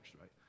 right